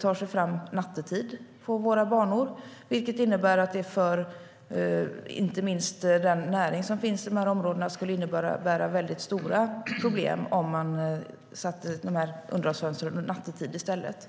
tar sig fram nattetid på våra banor. Det gör att det inte minst för den näring som finns i dessa områden skulle innebära väldigt stora problem om man satte underhållsfönstren nattetid i stället.